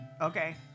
Okay